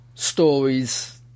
stories